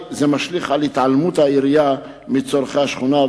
ייתכן שזה משליך על התעלמות העירייה מצורכי השכונה,